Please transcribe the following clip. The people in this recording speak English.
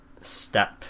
step